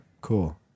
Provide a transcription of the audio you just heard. Cool